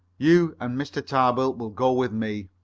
you and mr. tarbill will go with me.